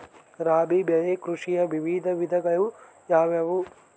ರಾಬಿ ಬೆಳೆ ಕೃಷಿಯ ವಿವಿಧ ವಿಧಗಳು ಯಾವುವು?